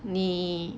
你